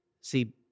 See